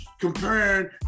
comparing